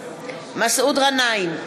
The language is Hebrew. מסעוד גנאים,